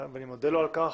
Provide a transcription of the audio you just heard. ואני מודה לו על כך,